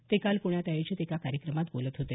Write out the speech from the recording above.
ते काल पृण्यात आयोजित एका कार्यक्रमात बोलत होते